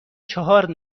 چهار